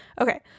Okay